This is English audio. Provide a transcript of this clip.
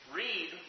read